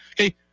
Okay